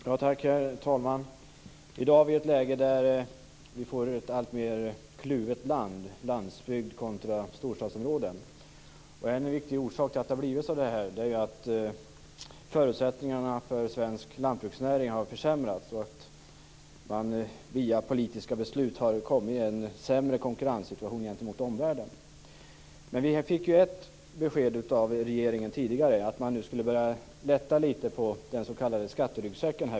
Herr talman! I dag har vi ett läge där vi får ett alltmer kluvet land, landsbygd kontra storstadsområde. En viktig orsak till detta är att förutsättningarna för svensk lantbruksnäring har försämrats. Via politiska beslut har man kommit i en sämre konkurrenssituation gentemot omvärlden. Vi fick ett besked av regeringen tidigare, att man vid halvårsskiftet skulle börja lätta lite på den s.k. skatteryggsäcken.